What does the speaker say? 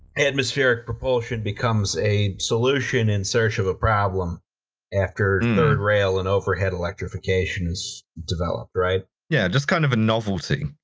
atmospheric propulsion becomes a solution in search of a problem after third rail and overhead electrification is developed, right? alice yeah, just kind of a novelty.